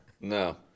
no